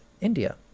India